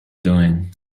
doing